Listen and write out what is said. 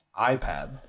iPad